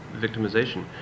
victimization